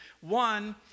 one